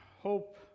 hope